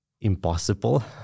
impossible